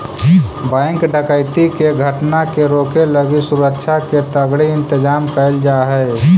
bank डकैती के घटना के रोके लगी सुरक्षा के तगड़े इंतजाम कैल जा हइ